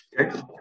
Okay